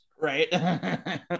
right